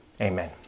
Amen